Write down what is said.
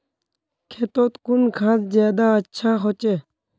खेतोत कुन खाद ज्यादा अच्छा होचे?